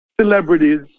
celebrities